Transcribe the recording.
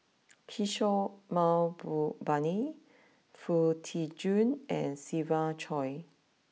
Kishore Mahbubani Foo Tee Jun and Siva Choy